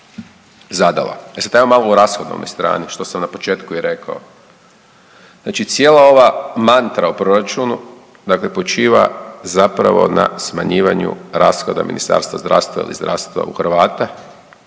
zadala. E sad, ajmo malo o rashodovnoj strani, što sam na početku i rekao. Znači cijela ova mantra o proračunu dakle počiva zapravo na smanjivanju rashoda Ministarstva zdravstva ili zdravstva u Hrvata,